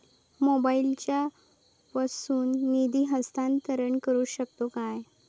मोबाईला वर्सून निधी हस्तांतरण करू शकतो काय?